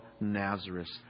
Nazareth